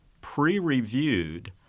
pre-reviewed